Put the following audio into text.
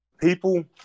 People